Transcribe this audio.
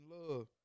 Love